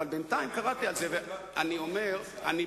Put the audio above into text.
ב-03:00 אני כבר מתעייף מחדש, ואז אני חוזר למיטה,